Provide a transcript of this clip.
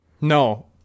No